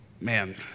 man